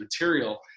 material